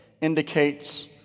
indicates